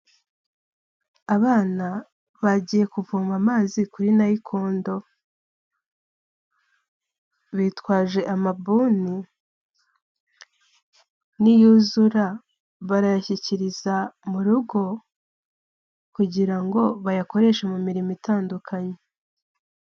Abana bagiye kuvoma amazi kuri nayikondo, bitwaje amabuni niyuzura barayashyikiriza mu rugo, kugira ngo bayakoreshe mu mirimo itandukanye.